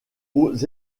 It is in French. aux